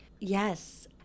Yes